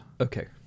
Okay